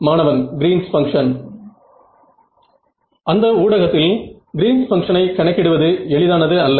மாணவன் Green's function Green's function அந்த ஊடகத்தில் கிரீன்ஸ் பங்க்ஷனை Green's function கணக்கிடுவது எளிதானது அல்ல